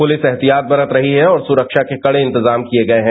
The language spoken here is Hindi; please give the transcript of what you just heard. पुलिस एहतियात बरत रही है और सुरक्षा के कड़े इंतजाम किये गये हैं